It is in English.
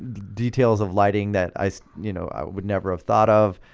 details of lighting that i so you know i would never have thought of,